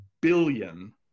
billion